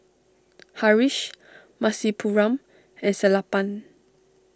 Haresh Rasipuram and Sellapan